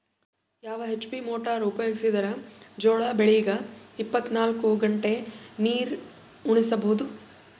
ಯಾವ HP motor ಉಪಯೋಗಿಸಿದರ ಜೋಳ ಬೆಳಿಗ ಇಪ್ಪತ ನಾಲ್ಕು ಗಂಟೆ ನೀರಿ ಉಣಿಸ ಬಹುದು?